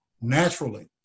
naturally